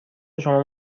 شما